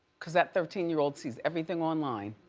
cause that thirteen year old sees everything online.